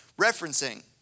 referencing